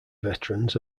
veterans